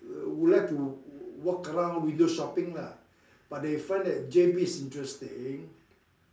would like to walk around window shopping lah but they find that J_B is interesting